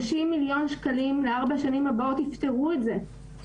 30 מיליון שקלים לארבע השנים הבאות יפתרו את זה.